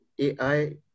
AI